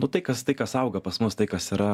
nu tai kas tai kas auga pas mus tai kas yra